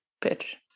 pitch